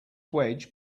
wedge